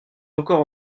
encore